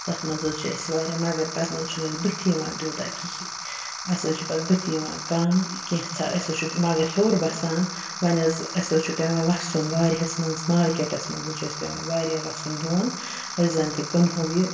تَتھ منٛز حٕظ چھُ اسہِ واریاہ مَگر پتہٕ نہ حظ چھُنہٕ بٕتھِ یِوان تیوٗتاہ کِہیٖنۍ اَسہِ حٕظ چھُ پتہٕ بٕتھِ یِوان کَم کینٛہہ ژاہ آسہِ سُہ چھُ مَگر ہِیوٚر بَسان وَنۍ حٕظ اسہِ حٕظ چھُ پٮ۪وان وَسُن واریاہس مارکٮ۪ٹَس منٛز پٮ۪وان واریاہ وَسُن بۄن أسۍ زن تہِ کٕنہوٚو یہِ